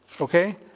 okay